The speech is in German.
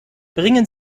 bringen